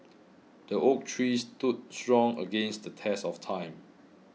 the oak tree stood strong against the test of time